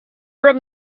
from